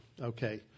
Okay